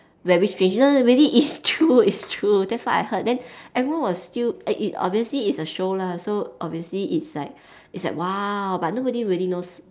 very strange no no really it's true it's true that's what I heard then everyone was still and it obviously it's a show lah so obviously it's like it's like !wah! but nobody really knows